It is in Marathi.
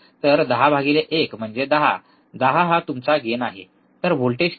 तर १० भागिले १ म्हणजे १० १० हा तुमचा गेन आहे तर व्होल्टेज किती